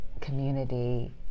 community